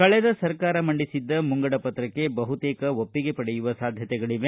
ಕಳೆದ ಸರ್ಕಾರ ಮಂಡಿಸಿದ್ದ ಮುಂಗಡ ಪತ್ರಕ್ಷೆ ಬಹುತೇಕ ಒಪ್ಪಿಗೆ ಪಡೆಯುವ ಸಾಧ್ಯತೆಗಳವೆ